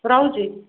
ରହୁଛି